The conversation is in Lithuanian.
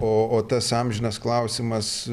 o o tas amžinas klausimas